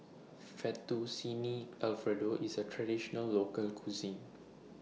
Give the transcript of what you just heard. Fettuccine Alfredo IS A Traditional Local Cuisine